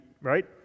right